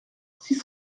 six